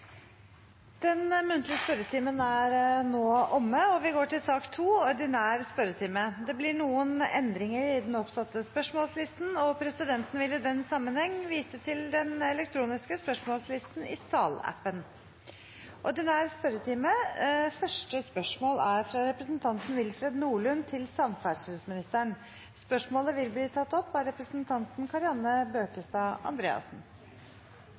Den muntlige spørretimen er nå omme, og vi går til den ordinære spørretimen. Det blir én endring i den oppsatte spørsmålslisten, og presidenten viser i den sammenheng til den elektroniske spørsmålslisten i salappen. Endringen var som følger: Spørsmål nr. 1, fra representanten Willfred Nordlund til samferdselsministeren, vil bli tatt opp av representanten Kari Anne Bøkestad Andreassen.